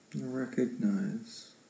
Recognize